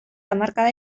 hamarkada